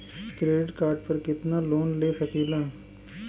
Credit card पर कितनालोन ले सकीला?